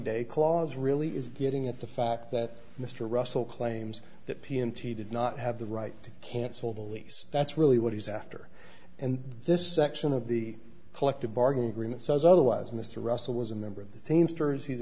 day clause really is getting at the fact that mr russell claims that p m t did not have the right to cancel the lease that's really what he's after and this section of the collective bargaining agreement says otherwise mr russell was a member of the teamsters he's